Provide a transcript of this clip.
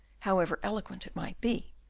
however eloquent it might be,